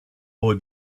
boy